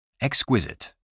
Exquisite